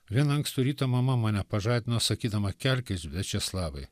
vieną ankstų rytą mama mane pažadino sakydama kelkis viačeslavai